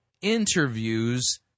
interviews